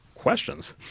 questions